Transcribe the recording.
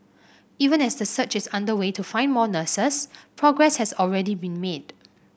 even as the search is underway to find more nurses progress has already been made